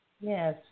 Yes